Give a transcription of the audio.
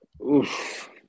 Oof